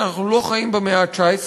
אנחנו לא חיים במאה ה-19,